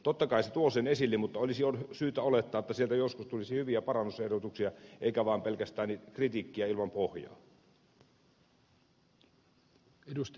totta kai se tuo sen esille mutta olisi syytä olettaa että sieltä joskus tulisi hyviä parannusehdotuksia eikä pelkästään kritiikkiä ilman pohjaa